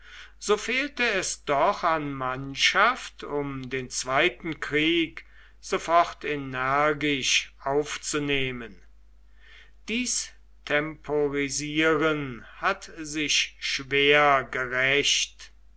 so fehlte es doch an mannschaft um den zweiten krieg sofort energisch aufzunehmen dies temporisieren hat sich schwer gerächt